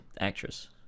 actress